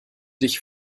dich